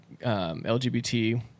LGBT